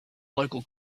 local